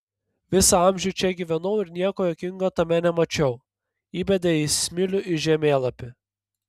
visą amžių čia gyvenau ir nieko juokingo tame nemačiau įbedė jis smilių į žemėlapį